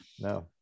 No